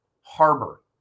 harbor